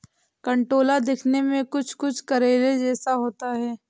कंटोला दिखने में कुछ कुछ करेले जैसा होता है